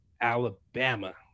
Alabama